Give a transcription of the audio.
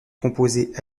composés